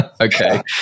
Okay